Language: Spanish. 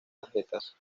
tarjetas